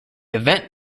event